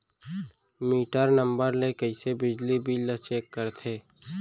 Metre number ले कइसे बिजली बिल ल चेक करथे?